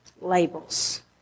labels